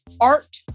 art